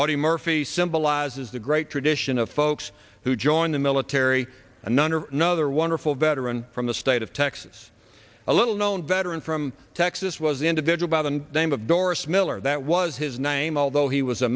audie murphy symbolizes the great tradition of folks who join the military a nun or another wonderful veteran from the state of texas a little known veteran from texas was individual by the name of doris miller that was his name although he was a